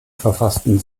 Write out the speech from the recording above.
verfassten